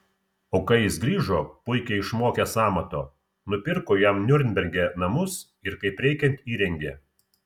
o kai jis grįžo puikiai išmokęs amato nupirko jam niurnberge namus ir kaip reikiant įrengė